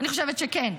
אני חושבת שכן.